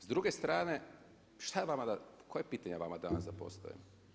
S druge strane, šta je vama, koje pitanje vama danas da postavim?